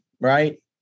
right